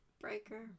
breaker